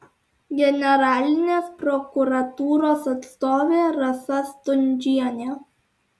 generalinės prokuratūros atstovė rasa stundžienė